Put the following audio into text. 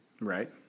Right